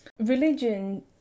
religion